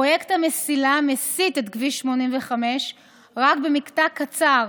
פרויקט המסילה מסיט את כביש 85 רק במקטע קצר,